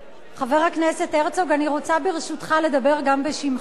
חבר הכנסת הרצוג, אני רוצה, ברשותך, לדבר גם בשמך.